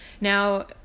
now